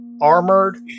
armored